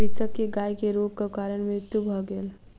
कृषक के गाय के रोगक कारण मृत्यु भ गेल